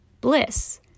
Bliss